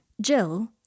Jill